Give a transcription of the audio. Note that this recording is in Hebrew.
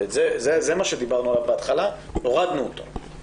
על זה דיברנו בהתחלה אבל הורדנו את זה.